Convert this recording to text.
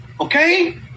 Okay